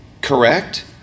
Correct